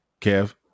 Kev